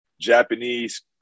Japanese